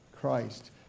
Christ